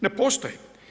Ne postoje.